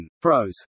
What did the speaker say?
Pros